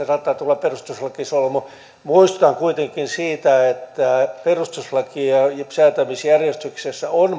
saattaa tulla perustuslakisolmu muistutan kuitenkin siitä että perustuslain säätämisjärjestyksessä on